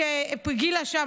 גילה שם,